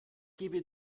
gebe